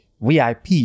VIP